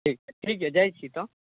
ठीक छै ठीक छै जाइ छी तऽ